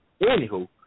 Anywho